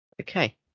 Okay